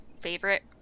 favorite